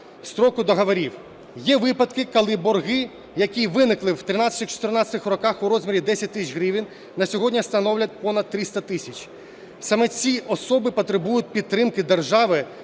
строку договорів. Є випадки, коли борги, які виникли в 2013-2014 роках у розмірі 10 тисяч гривень, на сьогодні становлять понад 300 тисяч. Саме ці особи потребують підтримки держави